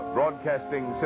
Broadcasting